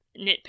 nitpick